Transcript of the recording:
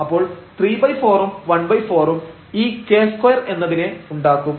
അപ്പോൾ ¾ ഉം ¼ ഉം ഈ k2 എന്നതിനെ ഉണ്ടാക്കും